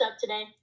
today